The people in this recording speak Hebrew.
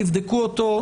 תבדקו אותו,